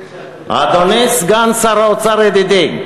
אדוני סגן שר האוצר ידידי,